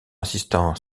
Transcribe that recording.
assistant